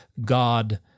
God